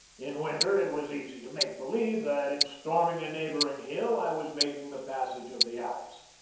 in winter it was easy to make-believe that in storming a neighboring hill i was making the passage of the alps.